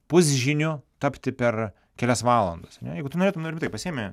pusžyniu tapti per kelias valandas ane jeigu tu norėtum nu rimtai pasiimi